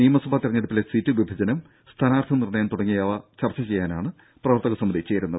നിയമസഭാ തെരഞ്ഞെടുപ്പിലെ സീറ്റുവിഭജനം സ്ഥാനാർത്ഥി നിർണയം തുടങ്ങിയവ ചർച്ച ചെയ്യാനാണ് പ്രവർത്തക സമിതി ചേരുന്നത്